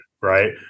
right